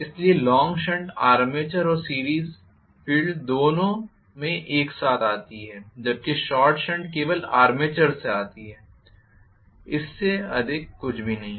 इसलिए long shunt armature और series field दोनों में एक साथ आती है जबकि शॉर्ट शंट केवल आर्मेचर से आती है इससे अधिक कुछ भी नहीं है